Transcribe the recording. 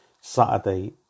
Saturday